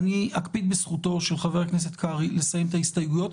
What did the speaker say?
אני אקפיד בזכותו של חבר הכנסת קרעי לסיים את ההסתייגויות,